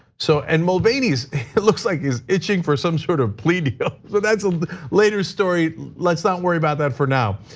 so and mulvaney, it looks like he's itching for some sort of plea deal. so that's a later story. let's not worry about that for now,